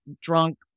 drunk